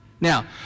Now